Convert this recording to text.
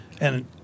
And-